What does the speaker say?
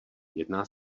jedná